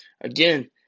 again